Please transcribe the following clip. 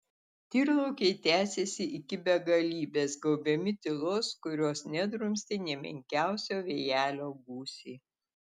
tyrlaukiai tęsėsi iki begalybės gaubiami tylos kurios nedrumstė nė menkiausio vėjelio gūsiai